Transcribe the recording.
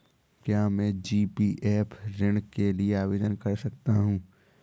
क्या मैं जी.पी.एफ ऋण के लिए आवेदन कर सकता हूँ?